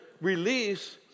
release